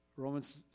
Romans